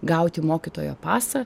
gauti mokytojo pasą